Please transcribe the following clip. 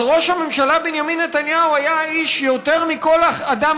אבל ראש הממשלה בנימין נתניהו היה האיש שיותר מכל אדם